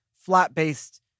flat-based